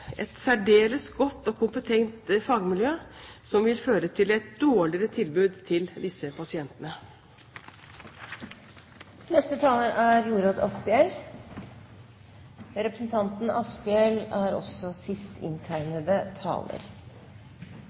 et særdeles godt og kompetent fagmiljø, og det vil føre til et dårligere tilbud til disse pasientene.